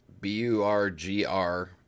B-U-R-G-R